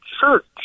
church